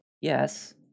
Yes